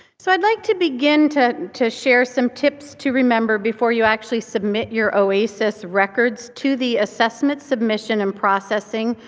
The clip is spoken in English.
so i'd like to begin to to share some tips to remember before you actually submit your oasis records to the assessment submission and processing,